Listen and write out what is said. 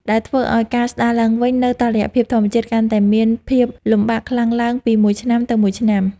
ដែលធ្វើឱ្យការស្តារឡើងវិញនូវតុល្យភាពធម្មជាតិកាន់តែមានភាពលំបាកខ្លាំងឡើងពីមួយឆ្នាំទៅមួយឆ្នាំ។